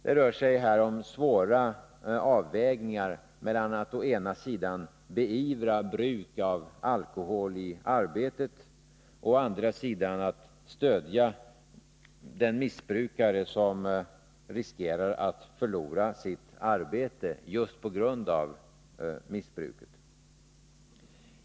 Det rör sig här om svåra avvägningar mellan att å ena sidan beivra bruk av alkohol i arbetet och att å andra sidan stödja den missbrukare som riskerar att förlora sitt arbete på grund av missbruk.